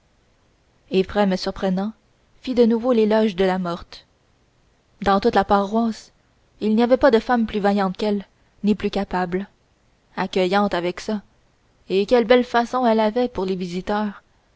éphrem surprenant fit de nouveau l'éloge de la morte dans toute la paroisse il n'y avait pas de femme plus vaillante qu'elle ni plus capable accueillante avec ça et quelle belle façon elle avait pour les visiteurs